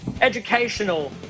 Educational